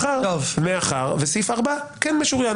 מאחר שסעיף 4 כן משוריין.